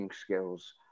Skills